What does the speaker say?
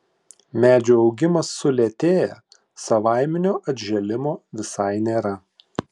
medžių augimas sulėtėja savaiminio atžėlimo visai nėra